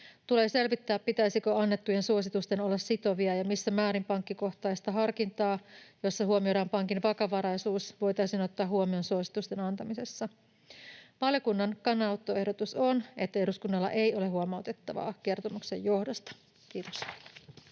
Tulee selvittää, pitäisikö annettujen suositusten olla sitovia ja missä määrin pankkikohtaista harkintaa, jossa huomioidaan pankin vakavaraisuus, voitaisiin ottaa huomioon suositusten antamisessa. Valiokunnan kannanottoehdotus on, että eduskunnalla ei ole huomautettavaa kertomuksen johdosta. — Kiitos.